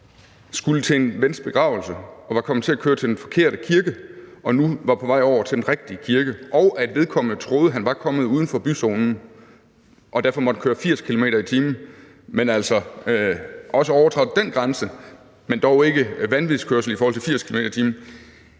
skulle til en vens begravelse, men var kommet til at køre til den forkerte kirke og nu var på vej over til den rigtige kirke, og at vedkommende troede, at han var kommet uden for byzonen og derfor måtte køre 80 km/t., men altså også overtrådte den grænse, men det var dog ikke vanvidskørsel i forhold til 80 km/t.